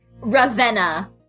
ravenna